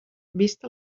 vist